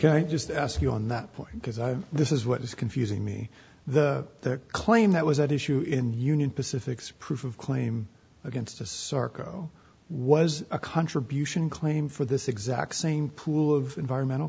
e just ask you on that point because this is what was confusing me the claim that was at issue in union pacific proof of claim against asarco was a contribution claim for this exact same pool of environmental